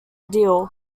deal